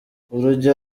urugero